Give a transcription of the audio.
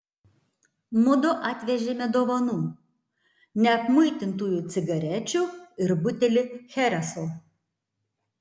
mudu atvežėme dovanų neapmuitintųjų cigarečių ir butelį chereso